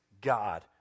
God